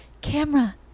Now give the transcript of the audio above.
camera